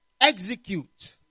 execute